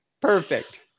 Perfect